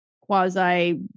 quasi